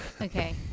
Okay